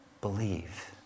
Believe